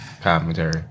commentary